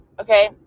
Okay